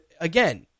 Again